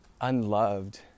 unloved